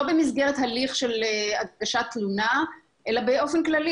לא במסגרת הליך של הגשת תלונה אלא באופן כללי